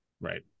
right